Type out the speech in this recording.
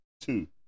two